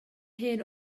hyn